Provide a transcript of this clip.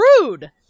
rude